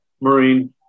marine